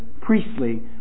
priestly